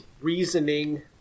reasoning